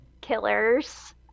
killers